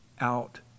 out